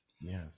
yes